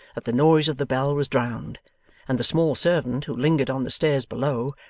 that the noise of the bell was drowned and the small servant, who lingered on the stairs below,